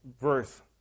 verse